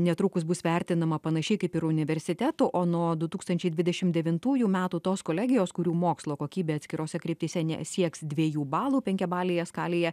netrukus bus vertinama panašiai kaip ir universitetų o nuo du tūkstančiai dvidešimt devintųjų metų tos kolegijos kurių mokslo kokybė atskirose kryptyse nesieks dviejų balų penkiabalėje skalėje